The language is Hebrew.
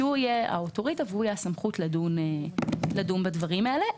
שיהיה האותוריטה והסמכות לדון בדברים האלה.